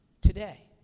today